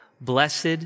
Blessed